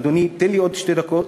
אדוני, תן לי עוד שתי דקות.